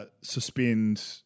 suspend